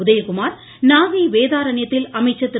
உதயகுமார் நாகை வேதாரண்யத்தில் அமைச்சர் திரு